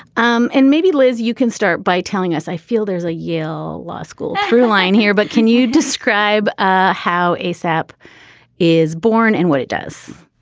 um and maybe, liz, you can start by telling us i feel there's a yale law school throughline here, but can you describe ah how a sap is born and what it does?